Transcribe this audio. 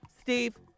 steve